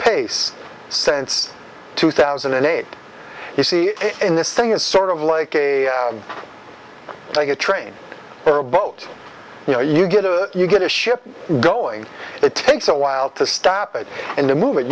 pace sense two thousand and eight you see in this thing is sort of like a like a train or a boat you know you get a you get a ship going it takes a while to stop it and the move